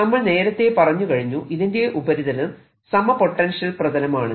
നമ്മൾ നേരത്തെ പറഞ്ഞുകഴിഞ്ഞു ഇതിന്റെ ഉപരിതലം സമ പൊട്ടൻഷ്യൽ പ്രതലമാണെന്ന്